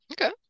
Okay